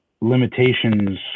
limitations